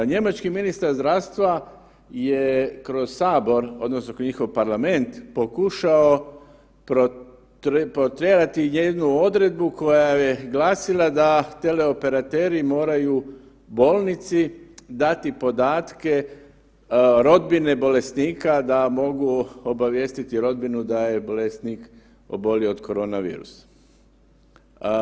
Njemački ministar zdravstva je kroz sabor, odnosno kod njihov parlament pokušao potjerati jednu odredbu koja je glasila da teleoperateri moraju bolnici dati podatke rodbine bolesnika da mogu obavijestiti rodbinu da je bolesnik obolio od koronavirusa.